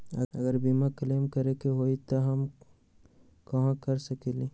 अगर बीमा क्लेम करे के होई त हम कहा कर सकेली?